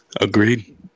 agreed